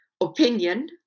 opinion